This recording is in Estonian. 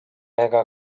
ega